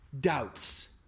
doubts